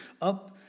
up